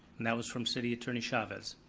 and that was from city attorney chavez.